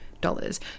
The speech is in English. dollars